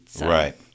Right